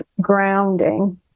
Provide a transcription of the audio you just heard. grounding